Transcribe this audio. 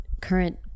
current